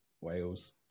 Wales